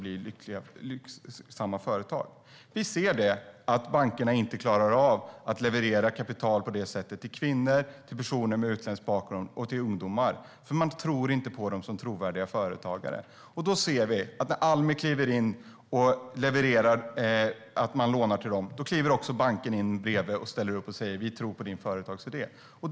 Bankerna klarar inte av att leverera kapital till kvinnor, till personer med utländsk bakgrund och till ungdomar. Man tror inte på dem som trovärdiga företagare. När Almi kliver in och levererar lån kliver också banken in och säger: Vi tror på din företagsidé.